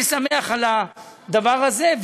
אני שמח על הדבר הזה.